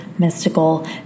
Mystical